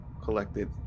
collected